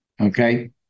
okay